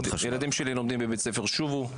הילדים שלי לומדים בבית ספר 'שובו'.